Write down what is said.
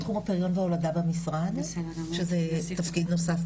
אנחנו פרסמנו נתונים של 50 נשים ראשונות